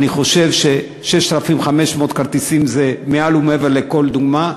אני חושב ש-6,500 כרטיסים זה מעל ומעבר לכל דוגמה.